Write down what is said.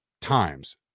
times